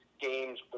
games